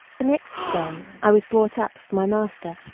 the next day i was brought up for my master.